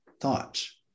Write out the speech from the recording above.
thoughts